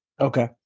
okay